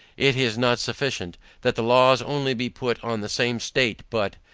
it is not sufficient, that the laws only be put on the same state, but,